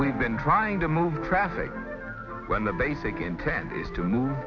we've been trying to move traffic when the basic intent and is to move